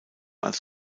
als